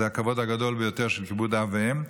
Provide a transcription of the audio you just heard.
זה הכבוד הגדול ביותר של כיבוד אב ואם,